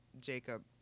Jacob